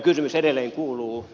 kysymys edelleen kuuluu